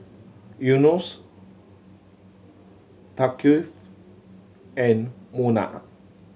Yunos Thaqif and Munah